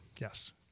yes